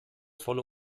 volle